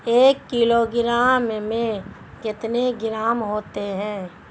एक किलोग्राम में कितने ग्राम होते हैं?